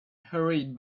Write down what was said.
hurried